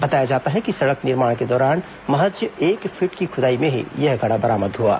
बताया जाता है कि सड़क निर्माण के दौरान महज एक फीट की ख्दाई में ही यह घड़ा बरामद हुआ है